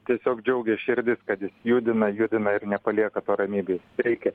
tiesiog džiaugias širdis kad jis judina judina ir nepalieka to ramybėj reikia